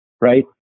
right